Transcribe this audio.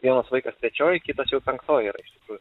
vienas vaikas trečioj kitas jau penktoj yra iš tikrųjų